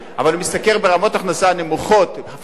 אבל אם הוא משתכר ברמות הכנסה נמוכות,